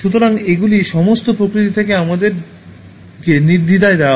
সুতরাং এগুলি সমস্ত প্রকৃতি থেকে আমাদেরকে নির্দ্বিধায় দেওয়া হয়